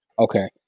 Okay